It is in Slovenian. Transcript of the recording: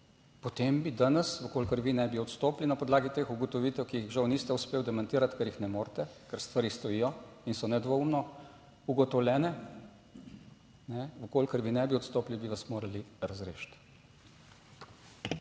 potem bi danes, v kolikor vi ne bi odstopili na podlagi teh ugotovitev, ki jih žal niste uspeli demantirati, ker jih ne morete, ker stvari stojijo in so nedvoumno ugotovljene. V kolikor vi ne bi odstopili, bi vas morali razrešiti.